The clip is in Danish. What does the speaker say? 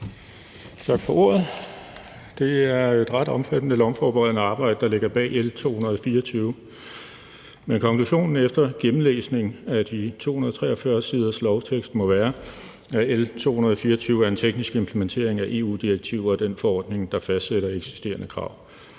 tak for ordet. Det er et ret omfattende lovforberedende arbejde, der ligger bag L 224, men konklusionen efter gennemlæsning af de 243 siders lovtekst må være, at L 224 er en teknisk implementering af EU-direktiver og den EU-forordning, der fastsætter eksisterende krav.